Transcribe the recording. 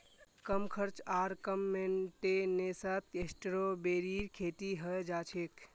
कम खर्च आर कम मेंटेनेंसत स्ट्रॉबेरीर खेती हैं जाछेक